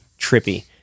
trippy